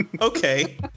Okay